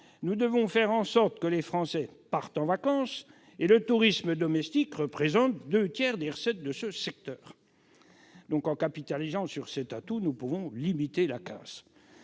Nous devons faire en sorte que les Français partent en vacances ! Le tourisme domestique représente les deux tiers des recettes du secteur. En capitalisant sur cet atout, nous pouvons limiter la casse.